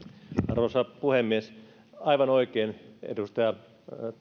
arvoisa puhemies aivan oikein edustaja